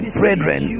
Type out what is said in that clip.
brethren